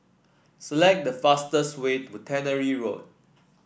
select the fastest way to Tannery Road